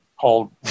called